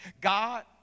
God